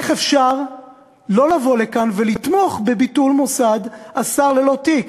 איך אפשר לא לבוא לכאן ולתמוך בביטול מוסד השר ללא תיק?